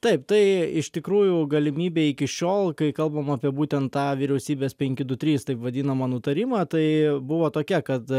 taip tai iš tikrųjų galimybė iki šiol kai kalbam apie būtent tą vyriausybės penki du trys taip vadinamą nutarimą tai buvo tokia kad